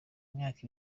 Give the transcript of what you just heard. imyaka